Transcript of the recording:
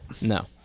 No